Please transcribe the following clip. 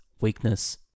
weakness